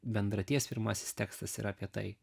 bendraties pirmasis tekstas yra apie tai